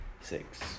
Six